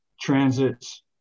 transits